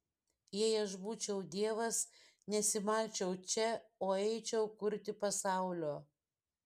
jei aš būčiau dievas nesimalčiau čia o eičiau kurti pasaulio